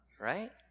right